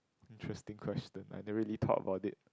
interesting question I never really thought about it